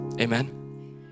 Amen